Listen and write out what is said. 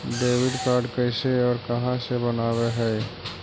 Debit card कैसे और कहां से बनाबे है?